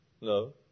No